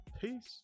Peace